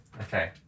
Okay